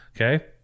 Okay